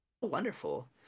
Wonderful